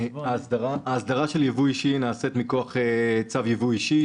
ההסדרה של ייבוא אישי נעשית מכוח צו ייבוא אישי,